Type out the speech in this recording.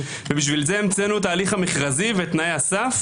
ובגלל זה המצאנו את ההליך המכרזי ואת תנאי הסף,